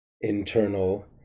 internal